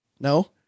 No